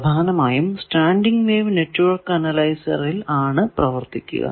പ്രധാനമായും standing wave network അനലൈസറിൽ ആണ് പ്രവർത്തിക്കുക